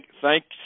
Thanks